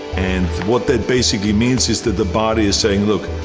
and what that basically means is that the body is saying, look,